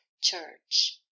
Church